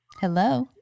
Hello